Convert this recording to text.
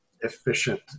efficient